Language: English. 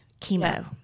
chemo